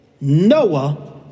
Noah